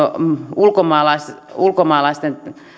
ulkomaalaisten ulkomaalaisten